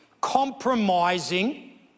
compromising